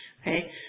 okay